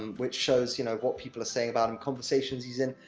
which shows, you know, what people are saying about him conversations he's in.